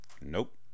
Nope